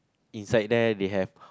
inside there they have